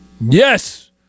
Yes